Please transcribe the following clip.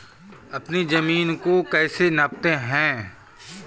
अपनी जमीन को कैसे नापते हैं?